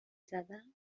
زدم